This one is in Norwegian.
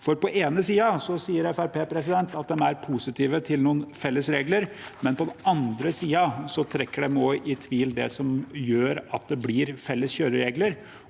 På den ene siden sier Fremskrittspartiet at de er positive til noen felles regler, men på andre siden trekker de i tvil det som gjør at det blir felles kjøreregler,